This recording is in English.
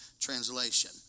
Translation